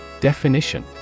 Definition